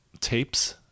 Tapes